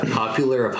popular